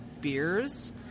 beers